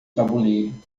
tabuleiro